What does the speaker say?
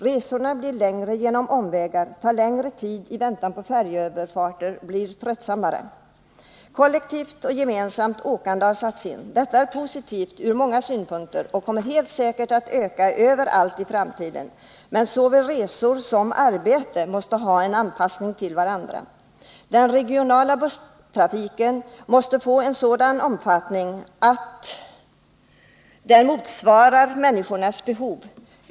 Resorna blir längre genom omvägar, tar längre tid i väntan på färjeöverfarter samt blir tröttsammare. Kollektivt och gemensamt åkande har satts in. Detta är positivt från många synpunkter och kommer helt säkert att öka överallt i framtiden, men både resor och arbete måste anpassas till varandra. Den regionala busstrafiken måste få sådan omfattning att den motsvarar människornas behov.